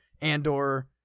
Andor